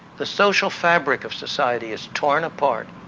the social fabric of society is torn apart,